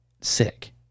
sick